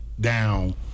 down